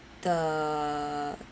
the